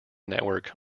network